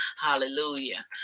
hallelujah